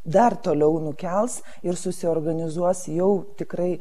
dar toliau nukels ir susiorganizuos jau tikrai